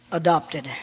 adopted